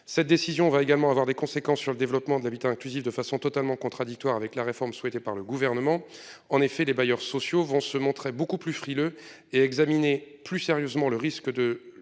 Cette décision va également avoir des conséquences sur le développement de l'habitat inclusif de façon totalement contradictoire avec la réforme souhaitée par le gouvernement. En effet, les bailleurs sociaux vont se montrer beaucoup plus frileux et examiné plus sérieusement le risque de loger